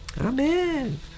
Amen